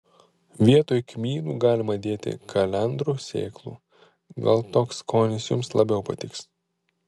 vietoj kmynų galima dėti kalendrų sėklų gal toks skonis jums labiau patiks